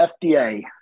FDA